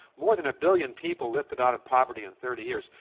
more than a billion people lifted out of poverty in thirty years,